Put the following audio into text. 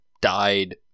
died